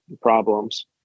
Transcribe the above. problems